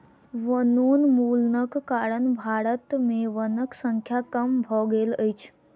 वनोन्मूलनक कारण भारत में वनक संख्या कम भ गेल अछि